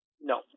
no